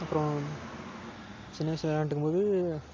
அப்புறம் சின்ன வயசில் விளையாண்ட்டிருக்கும்போது